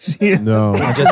No